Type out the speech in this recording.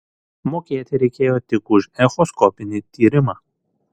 mokėti reikėjo tik už echoskopinį tyrimą